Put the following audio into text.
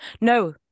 no